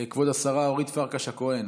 כבוד השרה אורית פרקש הכהן.